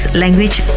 language